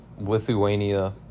Lithuania